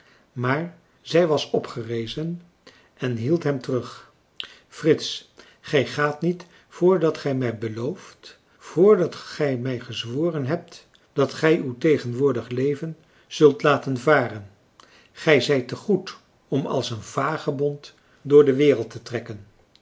maar zij was opgerezen en hield hem françois haverschmidt familie en kennissen terug frits gij gaat niet voordat gij mij beloofd voordat gij mij gezworen hebt dat gij uw tegenwoordig leven zult laten varen gij zijt te goed om als een vagebond door de wereld te trekken